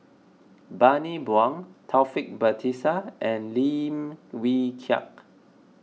Bani Buang Taufik Batisah and Lim Wee Kiak